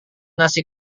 nasi